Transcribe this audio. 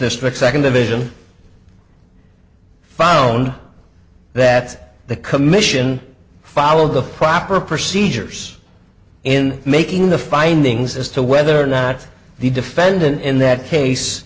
district second division found that the commission followed the proper procedures in making the findings as to whether or not the defendant in that case